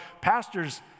pastors